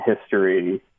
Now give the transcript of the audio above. history